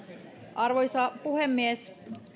arvoisa puhemies